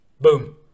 boom